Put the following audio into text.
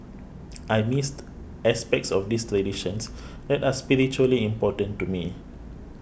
I missed aspects of these traditions that are spiritually important to me